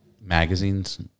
magazines